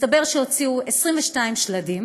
מסתבר שהוציאו 22 שלדים